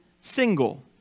single